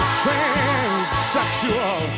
transsexual